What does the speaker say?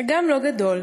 / אגם לא גדול,